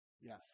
Yes